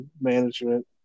management